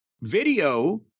video